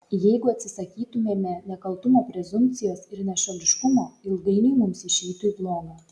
jeigu atsisakytumėme nekaltumo prezumpcijos ir nešališkumo ilgainiui mums išeitų į bloga